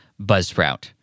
buzzsprout